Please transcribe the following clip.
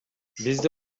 бизди